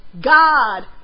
God